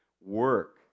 work